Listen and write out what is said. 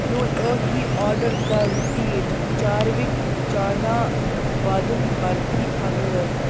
میون ٲخری آرڈر کَر رِپیٖٹ چاروِک چانا بادُم برفی بَغٲر